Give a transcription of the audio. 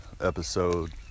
episode